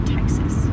Texas